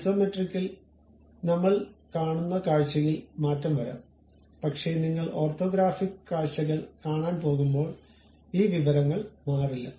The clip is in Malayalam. ഐസോമെട്രിക്കിൽ നമ്മൾ കാണുന്ന കാഴ്ചയിൽ മാറ്റം വരാം പക്ഷേ നിങ്ങൾ ഓർത്തോഗ്രാഫിക് കാഴ്ചകൾ കാണാൻ പോകുമ്പോൾ ഈ വിവരങ്ങൾ മാറില്ല